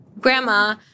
grandma